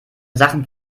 sachen